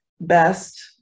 best